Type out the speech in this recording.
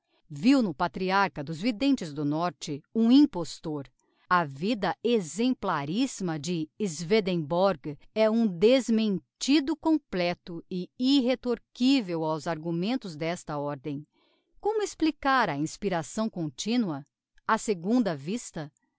viu no patriarcha dos videntes do norte um impostor a vida exemplarissima de swedenborg é um desmentido completo e irretorquivel aos argumentos d'esta ordem como explicar a inspiração continua a segunda vista